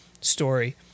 story